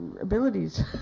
abilities